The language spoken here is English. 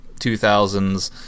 2000s